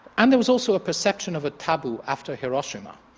and there was also a perception of a taboo after hiroshima.